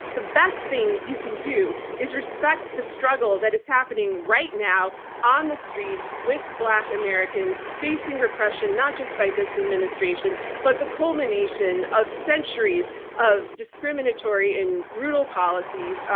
the best thing you can do is respect the struggle that is happening right now on the streets with black americans facing repression, not just by this administration, but the culmination of centuries of discriminatory and brutal policies,